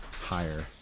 higher